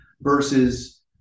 versus